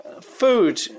food